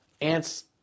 ants